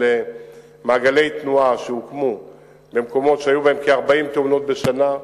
של מעגלי תנועה שהוקמו במקומות שהיו בהם כ-40 תאונות בשנה,